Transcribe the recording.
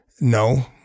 No